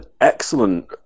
excellent